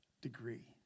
degree